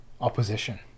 opposition